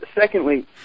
Secondly